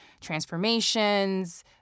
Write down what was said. transformations